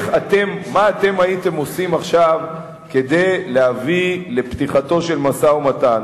מה אתם הייתם עושים עכשיו כדי להביא לפתיחת משא-ומתן.